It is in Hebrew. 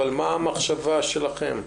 מה המחשבה שלכם,